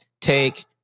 take